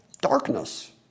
darkness